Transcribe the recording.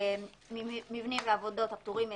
מבנים ועבודות הפטורים מהיתר,